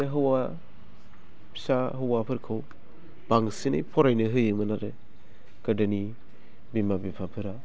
बे हौवा फिसाहौवाफोरखौ बांसिनै फरायनो होयोमोन आरो गोदोनि बिमा बिफाफोरा